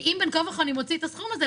אם אתה בין כה וכה מוציא את הסכום הזה,